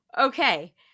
Okay